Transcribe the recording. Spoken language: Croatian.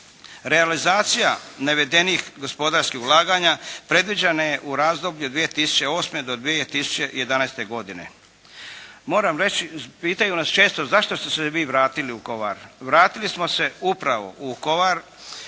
Realizacija navedenih gospodarskih ulaganja predviđena je u razdoblju od 2008. do 2011. godine. Moram reći, pitaju nas često zašto ste se vi vratili u Vukovar? Vratili smo se upravo u Vukovar